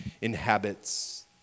inhabits